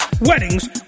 weddings